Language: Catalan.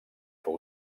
fou